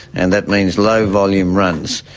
and that means low-volume runs.